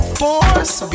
force